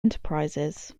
enterprises